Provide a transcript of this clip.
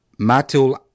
Matul